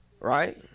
right